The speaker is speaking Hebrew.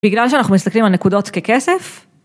בגלל שאנחנו מסתכלים על נקודות ככסף.